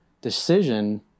decision